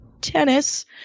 tennis